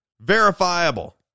verifiable